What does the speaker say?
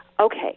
okay